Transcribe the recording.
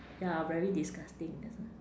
ya very disgusting that's why